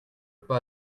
pas